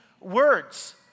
words